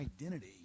identity